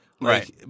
right